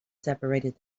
separated